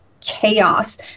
chaos